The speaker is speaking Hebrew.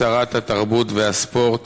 שרת התרבות והספורט